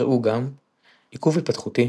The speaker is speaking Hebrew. ראו גם עיכוב התפתחותי